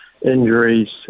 injuries